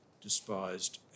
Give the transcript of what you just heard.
despised